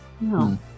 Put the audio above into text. No